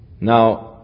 Now